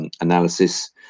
analysis